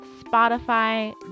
Spotify